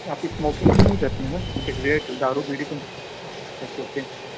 आप स्मोकिंग तो नहीं करते ना सिगरेट दारू बीड़ी तो ओके ओके